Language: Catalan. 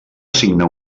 signar